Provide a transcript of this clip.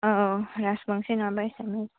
औ राजबंसि नङाबा एसामिस